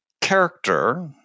character